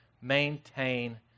maintain